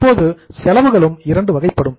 இப்போது செலவுகளும் இரண்டு வகைப்படும்